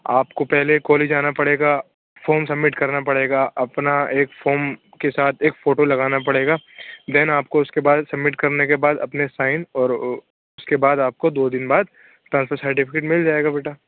آپ کو پہلے کالج آنا پڑے گا فارم سبمٹ کرنا پڑے گا اپنا ایک فارم کے ساتھ ایک فوٹو لگانا پڑے گا دین آپ کو اُس کے بعد سبمٹ کرنے کے بعد اپنے سائن اور اس کے بعد آپ کو دو دِن بعد ٹرانسفر سرٹیفکیٹ مل جائے گا بیٹا